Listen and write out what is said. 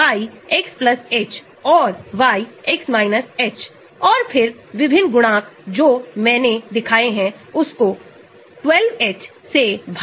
electron वापस लेना या दान करना जो anion को स्थिर करता है जिसे anion कहते हैं COO को anion कहते हैं